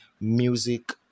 music